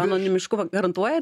anonimiškumą garantuojat